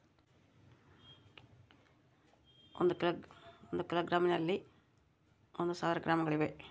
ಒಂದು ಕಿಲೋಗ್ರಾಂ ನಲ್ಲಿ ಒಂದು ಸಾವಿರ ಗ್ರಾಂಗಳಿವೆ